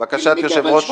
בבקשה, אני אקרא.